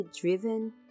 driven